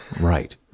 Right